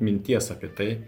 minties apie tai